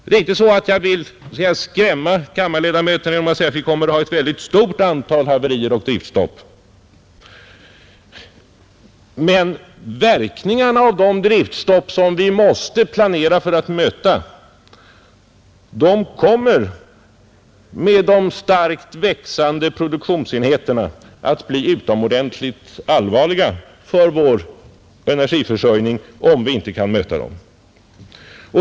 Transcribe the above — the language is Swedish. Det är inte så att jag vill skrämma kammarens ledmöter genom att säga att vi kommer att ha ett mycket stort antal haverier och driftstopp, men verkningarna av de driftstopp som vi måste planera för att möta kommer med de starkt växande produktionsenheterna att bli utomordentligt allvarliga för vår energiförsörjning om vi inte kan möta dem.